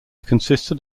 consisted